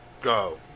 go